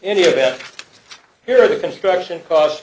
any of us here are the construction cost